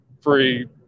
free